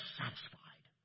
satisfied